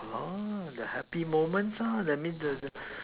the happy moment that means the the